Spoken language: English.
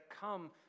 come